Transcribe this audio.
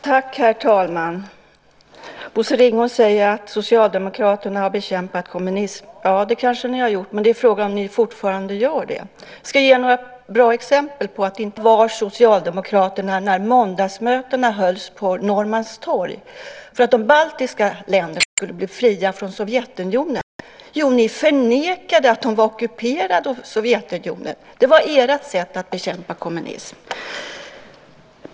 Herr talman! Bosse Ringholm säger att Socialdemokraterna har bekämpat kommunismen. Ja, det kanske ni har gjort, men frågan är om ni fortfarande gör det. Jag ska ge några bra exempel på att det inte är så. Var var Socialdemokraterna när måndagsmötena hölls på Norrmalmstorg för att de baltiska länderna skulle bli fria från Sovjetunionen? Jo, ni förnekade att de var ockuperade av Sovjetunionen. Det var ert sätt att bekämpa kommunismen.